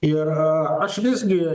ir aš visgi